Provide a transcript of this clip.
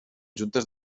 juntes